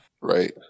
Right